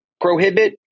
prohibit